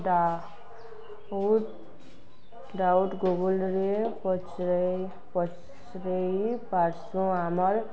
ଡ଼ା ଉଟ୍ ଡ଼ାଉଟ୍ ଗୁଗଲ୍ରେ ପଚ୍ରେଇ ପଚ୍ରେଇ ପାର୍ସୁଁ ଆମର୍